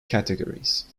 categories